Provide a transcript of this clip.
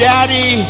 Daddy